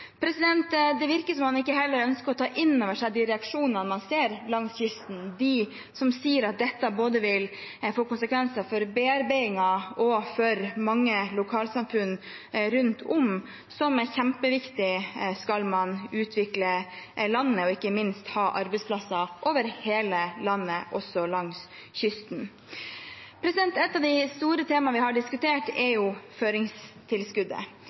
Det virker som om man heller ikke ønsker å ta inn over seg de reaksjonene man ser langs kysten, at dette både vil få konsekvenser for bearbeidingen og for mange lokalsamfunn rundt om, som er kjempeviktig om man skal utvikle landet, og ikke minst ha arbeidsplasser over hele landet, også langs kysten. Et av de store temaene vi har diskutert, er føringstilskuddet.